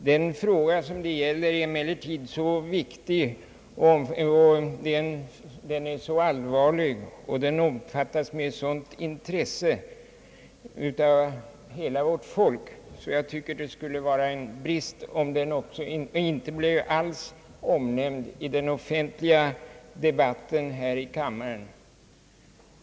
Den fråga som det gäller är emellertid så viktig och så allvarlig och omfattas med sådant intresse av hela vårt folk, att jag tycker att det skulle vara en brist om den inte alls blev omnämnd i den offentliga debatten här i kammaren.